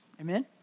amen